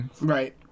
right